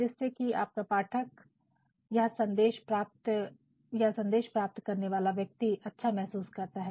जिससे कि आपका पाठक या संदेश प्राप्त करने वाला व्यक्ति अच्छा महसूस करता है